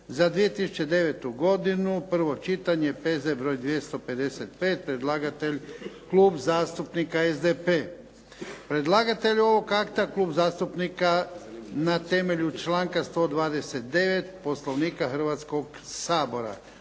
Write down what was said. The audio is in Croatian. za 2009. godinu, prvo čitanje, P.Z. br. 255 Predlagatelj: Klub zastupnika SDP-a; Predlagatelj ovog akta Klub zastupnika, na temelju članka 129. Poslovnika Hrvatskoga sabora.